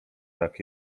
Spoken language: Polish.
tak